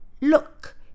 look